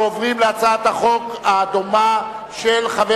אני קובע שהצעת החוק בנושא ייצור